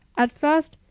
at first,